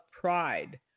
pride